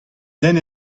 den